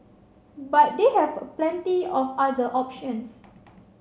but they have plenty of other options